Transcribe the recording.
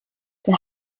der